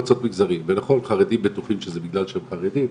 ונכון חרדים בטוחים שזה בגלל שהם חרדים,